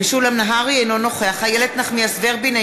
אינו נוכח איילת נחמיאס ורבין,